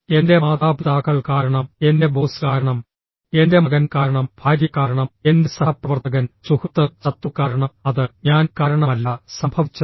എൻറെ മാതാപിതാക്കൾ കാരണം എൻറെ ബോസ് കാരണം എന്റെ മകൻ കാരണം ഭാര്യ കാരണം എന്റെ സഹപ്രവർത്തകൻ സുഹൃത്ത് ശത്രു കാരണം അത് ഞാൻ കാരണമല്ല സംഭവിച്ചത്